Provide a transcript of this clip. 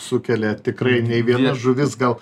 sukelia tikrai nei viena žuvis gal